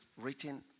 written